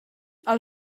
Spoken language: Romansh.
ha’l